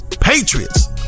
Patriots